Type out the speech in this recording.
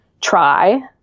try